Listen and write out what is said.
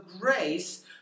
grace